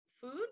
food